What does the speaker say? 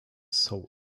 soul